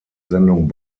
sendung